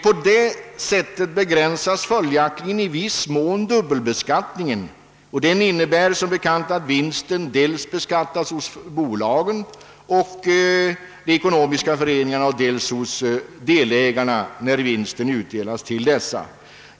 På detta sätt begränsas i viss mån dubbelbeskattningen, vilken som bekant innebär att vinsten beskattas dels hos bolagen och de ekonomiska föreningarna, dels hos delägarna när den utdelas till dessa.